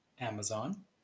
Amazon